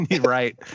Right